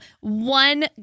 One